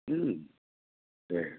হ্যাঁ